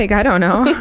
like i don't know!